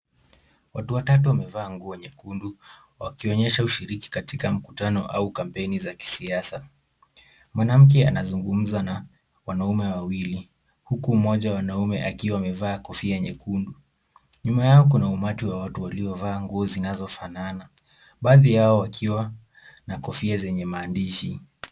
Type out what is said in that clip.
Watu watatu wamevaa nguo nyekundu, wakionyesha ushiriki katika mkutano au kampeni za kisiasa. Mwanamke anazungumza na wanaume wawili, huku mmoja wa naume akiwa amevaa kofia nyekundu. Nyumba yao kuna umati wa watu waliovaa nguo zinazofanana, baadhi yao wakiwa na kofia zenye maandishi.